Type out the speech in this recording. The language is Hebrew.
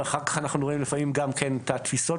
ואחר-כך אנחנו רואים גם כן את התפיסות